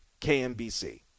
KNBC